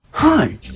Hi